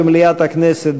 במליאת הכנסת,